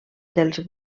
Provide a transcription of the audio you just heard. dels